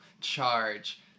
Charge